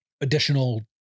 additional